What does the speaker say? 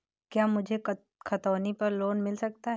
क्या मुझे खतौनी पर लोन मिल सकता है?